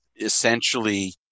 essentially